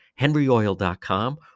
henryoil.com